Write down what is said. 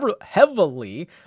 heavily